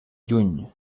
lluny